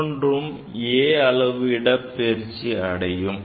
மற்றொன்றும் a அளவு இடப் பெயர்ச்சி அடையும்